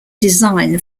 design